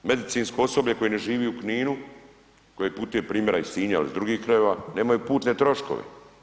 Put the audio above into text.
Medicinsko osoblje koje živi u Kninu koji putuje primjera iz Sinja ili drugih krajeva, nemaju putne troškove.